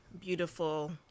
beautiful